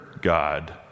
God